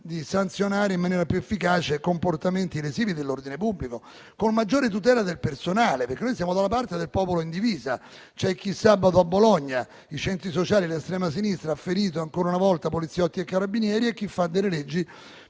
di sanzionare in maniera più efficace comportamenti lesivi dell'ordine pubblico e con maggiore tutela del personale. Noi siamo, infatti, dalla parte del popolo in divisa. Vi è chi sabato, a Bologna - centri sociali ed estrema sinistra - ha ferito ancora una volta poliziotti e carabinieri e poi c'è chi